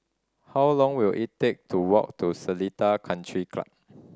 how long will it take to walk to Seletar Country Club